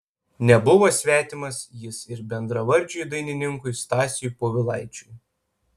nebuvo svetimas jis ir bendravardžiui dainininkui stasiui povilaičiui